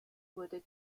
wurde